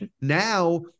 now